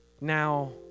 now